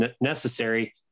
necessary